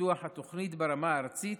ופיתוח של התוכנית ברמה הארצית,